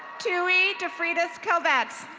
tuwi defridas kalvett.